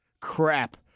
Crap